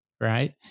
right